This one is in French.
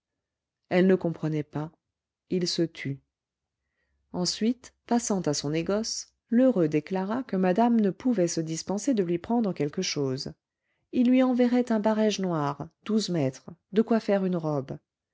elle ne comprenait pas il se tut ensuite passant à son négoce lheureux déclara que madame ne pouvait se dispenser de lui prendre quelque chose il lui enverrait un barège noir douze mètres de quoi faire une robe